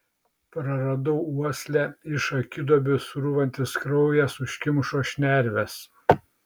praradau uoslę iš akiduobių srūvantis kraujas užkimšo šnerves